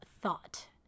thought